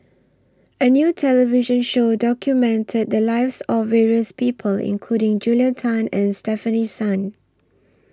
A New television Show documented The Lives of various People including Julia Tan and Stefanie Sun